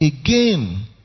Again